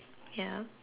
ya